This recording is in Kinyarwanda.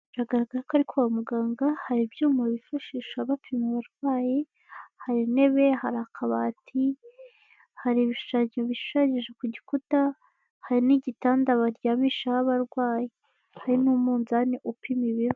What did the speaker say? Biragaragara ko ari kwa muganga, hari ibyuma bifashisha bapima umurwayi, hari intebe, hari akabati, hari ibishushanyo bishushanyije ku gikuta, hari n'igitanda baryamishaho abarwayi, hari n'umunzani upima ibiro.